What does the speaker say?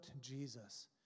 Jesus